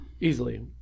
easily